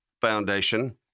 Foundation